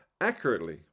Accurately